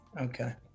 Okay